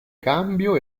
cambio